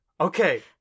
okay